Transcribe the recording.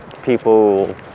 people